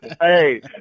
Hey